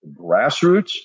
grassroots